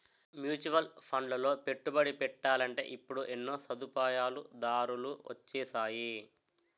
mutual ఫండ్లలో పెట్టుబడి పెట్టాలంటే ఇప్పుడు ఎన్నో సదుపాయాలు దారులు వొచ్చేసాయి